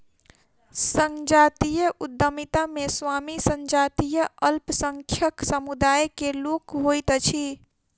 संजातीय उद्यमिता मे स्वामी संजातीय अल्पसंख्यक समुदाय के लोक होइत अछि